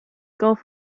gulf